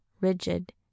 rigid